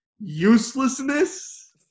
uselessness